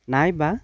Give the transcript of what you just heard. নাইবা